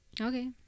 Okay